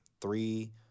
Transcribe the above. three